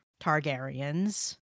Targaryens